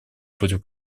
против